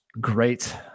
great